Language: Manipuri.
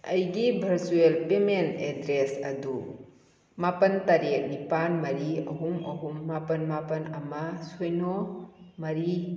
ꯑꯩꯒꯤ ꯚꯔꯆꯨꯋꯦꯜ ꯄꯦꯃꯦꯟ ꯑꯦꯗ꯭ꯔꯦꯁ ꯑꯗꯨ ꯃꯥꯄꯜ ꯇꯔꯦꯠ ꯅꯤꯄꯥꯜ ꯃꯔꯤ ꯑꯍꯨꯝ ꯑꯍꯨꯝ ꯃꯥꯄꯜ ꯃꯥꯄꯜ ꯑꯃ ꯁꯤꯅꯣ ꯃꯔꯤ